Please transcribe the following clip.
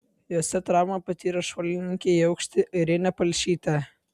jose traumą patyrė šuolininkė į aukštį airinė palšytė